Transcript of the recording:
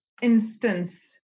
instance